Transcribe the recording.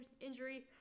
injury